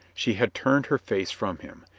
she had turned her face from him.